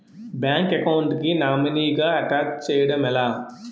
Bank account కి nominee గా attach చేయడం ఎలా?